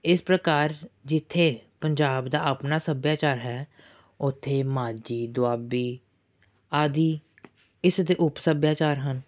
ਇਸ ਪ੍ਰਕਾਰ ਜਿੱਥੇ ਪੰਜਾਬ ਦਾ ਆਪਣਾ ਸੱਭਿਆਚਾਰ ਹੈ ਉੱਥੇ ਮਾਝੀ ਦੁਆਬੀ ਆਦਿ ਇਸਦੇ ਉੱਪ ਸੱਭਿਆਚਾਰ ਹਨ